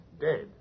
dead